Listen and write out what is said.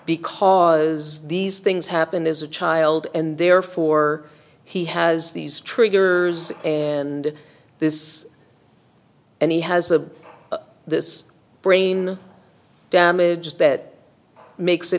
because these things happened as a child and therefore he has these triggers and this and he has a this brain damage that makes it